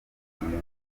gutanga